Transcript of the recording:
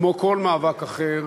כמו כל מאבק אחר,